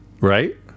right